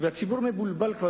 הציבור כבר מבולבל.